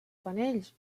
panells